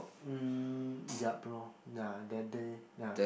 mm yup lor ya that day ya